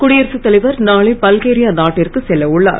குடியரசு தலைவர் நாளை பல்கேரியா நாட்டிற்கு செல்ல உள்ளார்